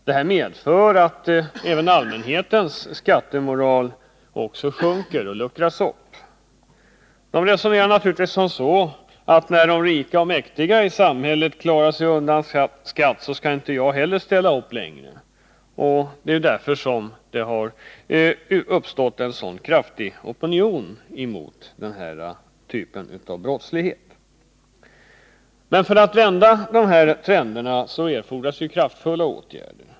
Det medför att även allmänhetens skattemoral sjunker och luckras upp. Man resonerar naturligtvis på följande sätt: när de rika och mäktiga i samhället klarar sig undan skatt skall inte heller jag ställa upp längre. Det är därför som det uppstått en så kraftig opinion mot den här typen av brottslighet. För att vända de här trenderna erfordras kraftfulla åtgärder.